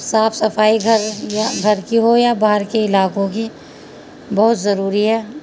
صاف صفائی گھر یا گھر کی ہو یا باہر کے علاقوں کی بہت ضروری ہے